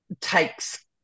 takes